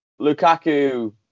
Lukaku